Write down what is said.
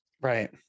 right